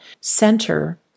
center